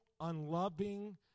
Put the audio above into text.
unloving